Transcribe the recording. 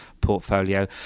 portfolio